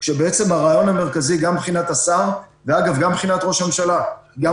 כשהרעיון המרכזי מבחינת השר ומבחינת ראש הממשלה שגם